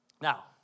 Now